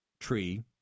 tree